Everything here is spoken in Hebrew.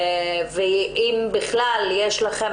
ואם בכלל יש לכם